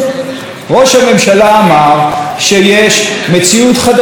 ראש הממשלה אמר שיש מציאות חדשה שבה